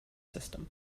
system